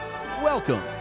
welcome